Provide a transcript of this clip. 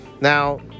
Now